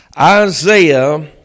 Isaiah